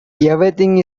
everything